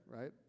right